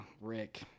Rick